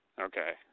Okay